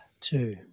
two